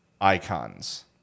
icons